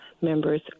members